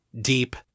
deep